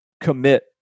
commit